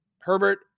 Herbert